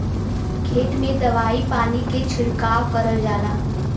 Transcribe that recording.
खेत में दवाई पानी के छिड़काव करल जाला